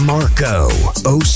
Marco